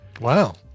Wow